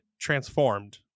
transformed